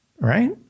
right